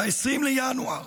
ב-20 בינואר